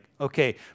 okay